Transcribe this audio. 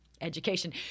education